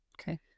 Okay